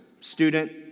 Student